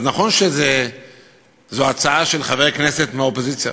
אז נכון שזו הצעה של חבר כנסת מהאופוזיציה,